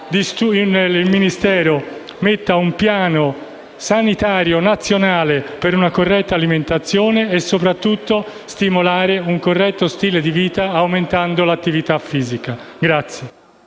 a prevedere un piano sanitario nazionale per una corretta alimentazione e, soprattutto, a stimolare un corretto stile di vita aumentando l'attività fisica.